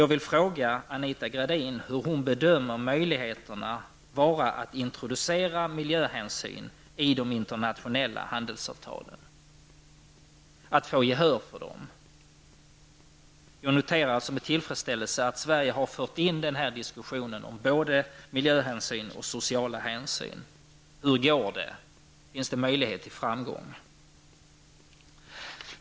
Jag vill fråga Anita Gradin hur hon bedömer möjligheterna att introducera miljöhänsynen i de internationella handelsavtalen och att få gehör för dem. Jag noterar med tillfredsställelse att Sverige där fört in diskussionen om miljöhänsyn och sociala hänsyn. Hur går det? Finns det möjligheter till framgång?